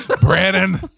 Brandon